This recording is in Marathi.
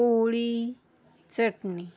पोळी चटणी